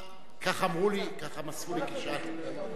תשאיר לי את הסוף להודיע.